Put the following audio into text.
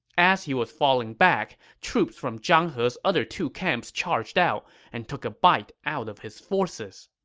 as he was falling back, troops from zhang he's other two camps charged out and took a bite out of his forces